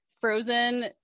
frozen